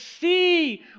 see